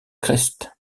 crest